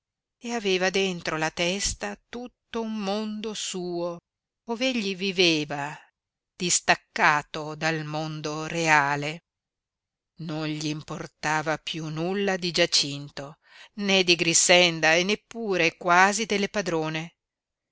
e aveva dentro la testa tutto un mondo suo ov'egli viveva distaccato dal mondo reale non gl'importava piú nulla di giacinto né di grixenda e neppure quasi delle padrone